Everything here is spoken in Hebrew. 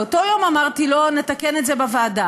באותו יום אמרתי לו: נתקן את זה בוועדה,